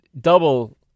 double